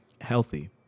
healthy